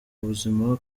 buzima